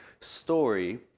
story